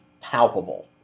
palpable